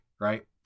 right